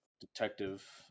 detective